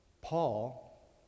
Paul